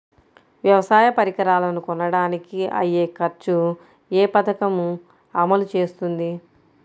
వ్యవసాయ పరికరాలను కొనడానికి అయ్యే ఖర్చు ఏ పదకము అమలు చేస్తుంది?